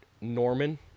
Norman